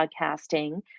podcasting